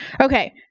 Okay